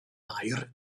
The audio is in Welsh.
aur